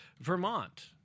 Vermont